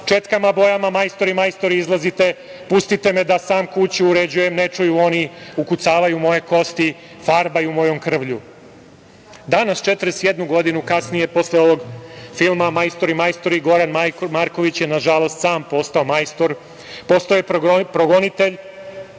četkama, bojama, majstori, majstori, izlazite, pustite me da sam kuću uređujem, ne čuju oni, ukucavaju moje kosti, farbaju mojom krvlju".Danas, 41 godinu kasnije posle ovog filma "Majstori, majstori", Goran Marković je nažalost sam postao majstor, postao je progonitelj,